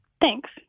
Thanks